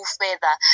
further